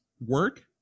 work